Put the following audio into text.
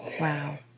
Wow